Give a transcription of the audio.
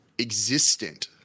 existent